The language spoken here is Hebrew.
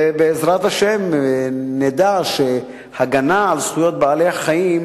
ובעזרת השם נדע שהגנה על זכויות בעלי-החיים,